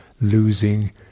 losing